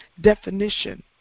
definition